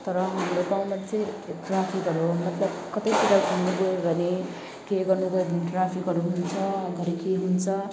तर हाम्रो गाउँमा चाहिँ ट्राफिकहरू मतलब कतैतिर घुम्नुगयो भने के गर्नु गर्नु ट्राफिकहरू पनि छ घरी के हुन्छ